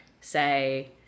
say